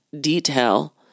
detail